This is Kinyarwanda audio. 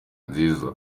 nziza